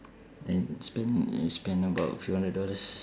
and spend I spend about few hundred dollars